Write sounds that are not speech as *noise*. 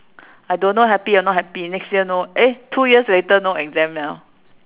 I don't know happy or not happy next year no eh two years later no exam liao *noise*